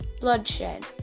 Bloodshed